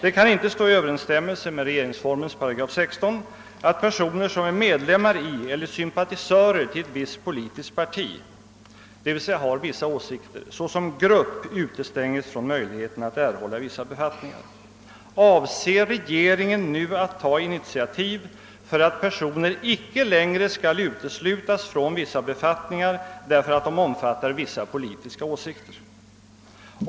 Det kan inte stå i överensstämmelse med regeringsformens § 16 att personer som är medlemmar i eller sympatisörer till ett visst politiskt parti — dvs. har vissa åsikter — såsom grupper utestängs från möjligheten att erhålla vissa befattningar. Avser regeringen nu att ta initiativ för att personer icke längre skall uteslutas från vissa befattningar, därför att de omfattar vissa politiska åsikter?